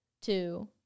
two